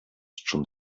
schon